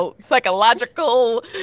psychological